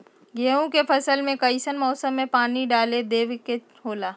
गेहूं के फसल में कइसन मौसम में पानी डालें देबे के होला?